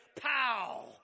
pow